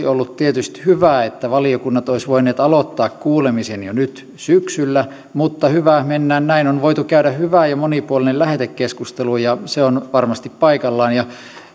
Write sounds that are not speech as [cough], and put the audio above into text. [unintelligible] ollut tietysti hyvä että valiokunnat olisivat voineet aloittaa kuulemisen jo nyt syksyllä mutta hyvä mennään näin on voitu käydä hyvä ja monipuolinen lähetekeskustelu ja se on ollut varmasti paikallaan